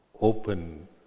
open